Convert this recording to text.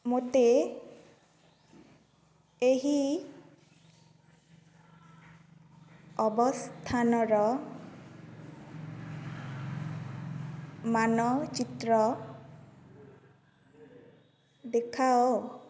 ମୋତେ ଏହି ଅବସ୍ଥାନର ମାନଚିତ୍ର ଦେଖାଅ